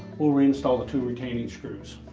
we'll reinstall the two retaining screws.